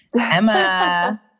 Emma